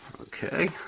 Okay